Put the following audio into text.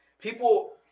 People